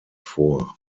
vor